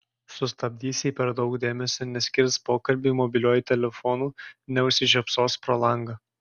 sustabdys jei per daug dėmesio neskirs pokalbiui mobiliuoju telefonu neužsižiopsos pro langą